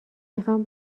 میخوام